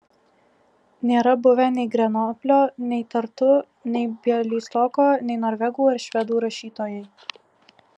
nėra buvę nei grenoblio nei tartu nei bialystoko nei norvegų ar švedų rašytojai